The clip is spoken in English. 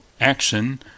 action